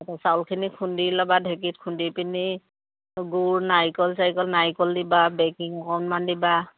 চাউলখিনি খুন্দি ল'বা ঢেঁকীত খুন্দিপেনি গুৰ নাৰিকল চাৰিকল নাৰিকল দি বা বেকিং অকণমান দিবা